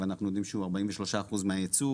אנחנו יודעים שהוא ארבעים ושלושה אחוז מהייצוא.